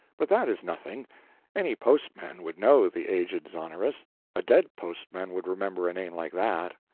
but that is nothing any postman would know the aged zonoras a dead postman would remember a name like that.